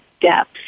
depth